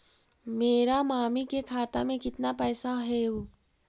मेरा मामी के खाता में कितना पैसा हेउ?